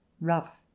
rough